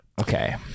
Okay